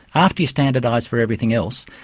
after you standardise for everything else,